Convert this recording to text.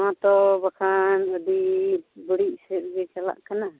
ᱢᱟᱛᱚ ᱵᱟᱠᱷᱟᱱ ᱟᱹᱰᱤ ᱵᱟᱹᱲᱤᱡᱥᱮᱫ ᱜᱮ ᱪᱟᱞᱟᱜ ᱠᱟᱱᱟ